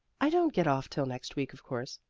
i don't get off till next week, of course.